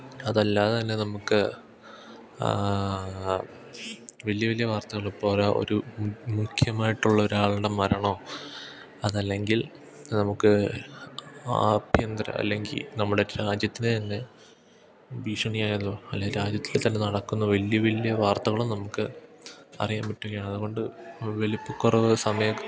അതല്ലാതെ തന്നെ നമുക്ക് വലിയ വലിയ വാർത്തകളിലിപ്പോരാ ഒരു മുഖ്യമായിട്ടുള്ള ഒരാളുടെ മരണമോ അതല്ലെങ്കിൽ നമുക്ക് ആഭ്യന്തര അല്ലെങ്കില് നമ്മുടെ രാജ്യത്തിനു തന്നെ ഭീഷണി ആയതോ അല്ലെങ്കില് രാജ്യത്തില്ത്തന്നെ നടക്കുന്ന വലിയ വലിയ വാർത്തകളും നമുക്ക് അറിയാൻ പറ്റുകയാണ് അതുകൊണ്ട് വലിപ്പക്കുറവ് സമയ